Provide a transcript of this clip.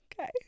Okay